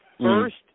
first